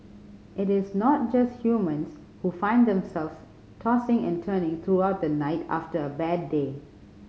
it is not just humans who find themselves tossing and turning throughout the night after a bad day